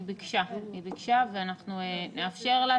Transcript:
היא ביקשה ואנחנו נאפשר לה.